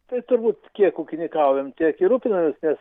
tai turbūt kiek ūkininkaujam tiek ir rūpinamės nes